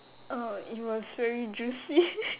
oh it was very juicy